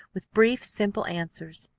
with brief, simple answers.